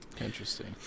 Interesting